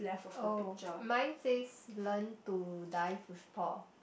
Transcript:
oh mine says learn to dive with Paul